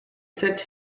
sent